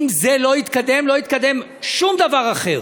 אם זה לא יתקדם, לא יתקדם שום דבר אחר.